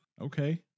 Okay